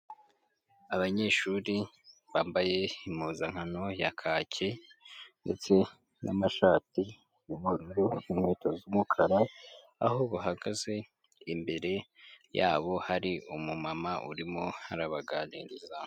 Abanyeshuri bambaye impuzankano ya kaki ndetse n'amashati y'ubururu, inkweto z'umukara, aho bahagaze imbere yabo hari umumama urimo arabaganiriza.